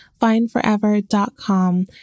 findforever.com